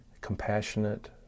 compassionate